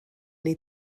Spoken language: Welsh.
wnei